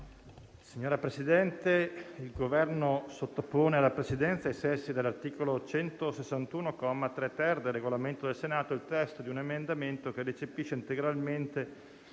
Signora Presidente, il Governo sottopone alla Presidenza, ai sensi dell'articolo 161, comma 3-*ter*, del Regolamento del Senato, il testo di un emendamento che recepisce integralmente